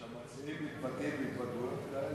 כשהמציעים מתבטאים התבטאויות כאלה,